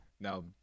now